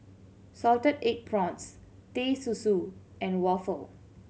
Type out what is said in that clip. salted egg prawns Teh Susu and waffle